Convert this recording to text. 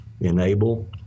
enable